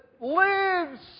lives